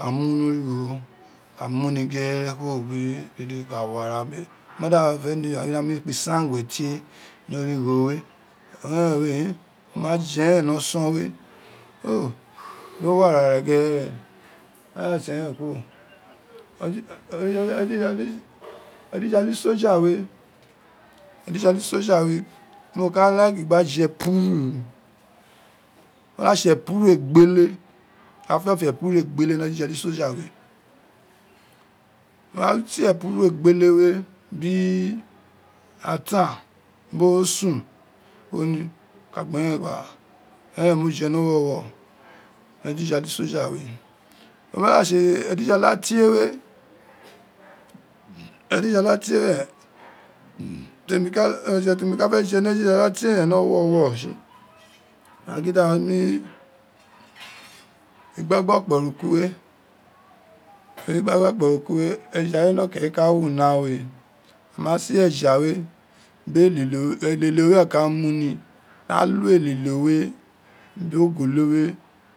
A mu ni ghere kuro di dede gba wara omanda fe ni a gin di a mu akpisangue tie ni origho we, eren we wó mà jé eren ni ọsọn o dọ wó ara ré ghere wó mà dà tse eren kuro ojijala-isojai we ojijala-isoja we di mo ka like gba je epuro, o ma tse epuru egbele, mo ka fiọfọ épúrú egbele ni ojijala-isoja we, wo ma se épúrú egbele biri ataan biri onusun ko ni, eren mo je ni owuro ni ojijala isoja we, oma da tse ojijala tie ojijalatie oje teri ka fe je ni ojijala tie rén ni oroy tọ wurọ tsi agin di aghan mu igbagba okpo niku we, teri igbagh-okporiku we ejijala notan re ka wo una we, wo ma se eja we biri elilo we, elilo we, elilo we were ka mu ni da kọ elilo we, lo golo we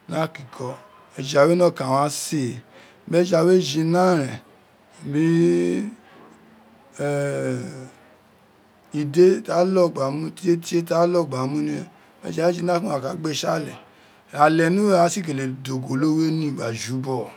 ni akiko eja we nọkan a wa se biri eja we jina rén biri ide tietie ti a lọ gba mu tse ekikọ gba wuni, eja we jina a ka gbe tsi ale ale ni uwere a sikele da ogolo wè ni gba jubọgho